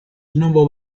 novo